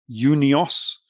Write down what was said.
Unios